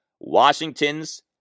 Washington's